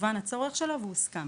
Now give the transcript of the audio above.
הובן הצורך שלו והוסכם.